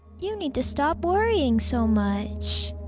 you need to stop worrying so much!